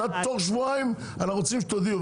תוך שבועיים אנחנו רוצים שתודיעו,